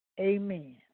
Amen